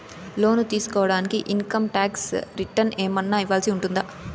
లోను తీసుకోడానికి income tax returns ఏమన్నా ఇవ్వాల్సి ఉంటుందా